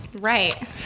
Right